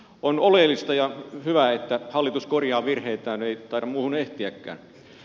on oleellista ja hyvä että hallitus korjaa virheitään ei taida muuhun ehtiäkään